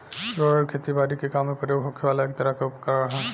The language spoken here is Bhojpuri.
रोलर खेती बारी के काम में प्रयोग होखे वाला एक तरह के उपकरण ह